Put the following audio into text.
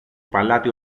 παλάτι